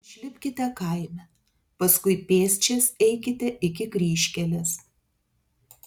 išlipkite kaime paskui pėsčias eikite iki kryžkelės